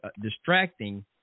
distracting